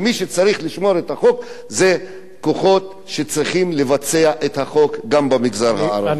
ומי שצריך לשמור את החוק זה כוחות שצריכים לבצע את החוק גם במגזר הערבי.